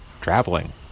traveling